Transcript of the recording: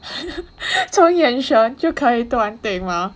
从眼神就可以端定吗